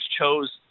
chose